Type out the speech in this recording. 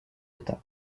état